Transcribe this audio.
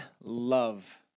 love